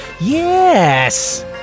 Yes